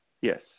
Yes